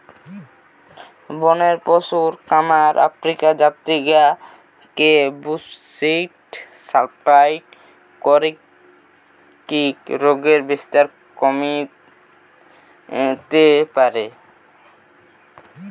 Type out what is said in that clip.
বনের পশুর খামার আফ্রিকার জাতি গা কে বুশ্মিট সাপ্লাই করিকি রোগের বিস্তার কমিতে পারে